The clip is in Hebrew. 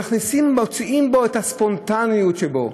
ומוציאים ממנו את הספונטניות שבו,